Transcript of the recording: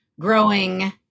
Growing